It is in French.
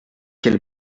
quel